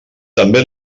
també